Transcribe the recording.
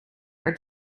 are